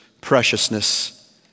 preciousness